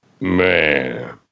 Man